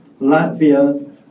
Latvia